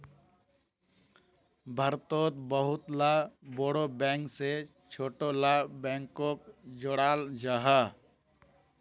भारतोत बहुत ला बोड़ो बैंक से छोटो ला बैंकोक जोड़ाल जाहा